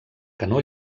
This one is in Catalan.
canó